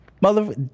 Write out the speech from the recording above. Mother